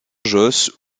josse